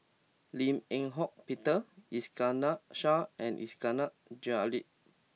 Lim Eng Hock Peter Iskandar Shah and Iskandar Jalil